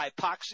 hypoxia